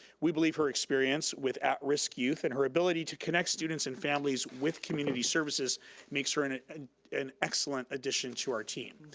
we believe her experience with at-risk youth and her ability to connect students and families with community services makes her an ah an excellent addition to our team.